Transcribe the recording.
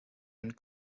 and